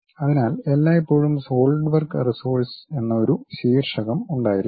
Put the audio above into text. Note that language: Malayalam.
അതിനാൽ എല്ലായ്പ്പോഴും സോളിഡ് വർക്ക് റിസോഴ്സസ് എന്ന ഒരു ശീർഷകം ഉണ്ടായിരിക്കും